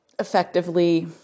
effectively